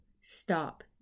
stop